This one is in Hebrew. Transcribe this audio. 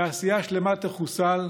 תעשייה שלמה תחוסל.